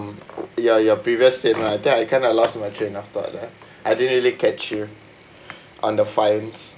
your your previous statement I think I kind of lost my train of thought lah I didn't really catch you on the fines